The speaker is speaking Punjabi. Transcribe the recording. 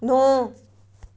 ਨੌ